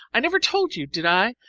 i never told you, did i,